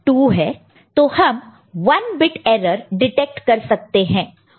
तो हम 1 bit error detect कर सकते हैं